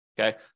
okay